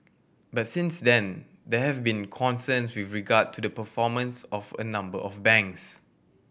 but since then there have been concerns with regard to the performance of a number of banks